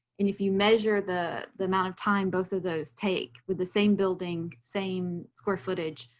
and if you measure the the amount of time both of those take, with the same building, same square footage,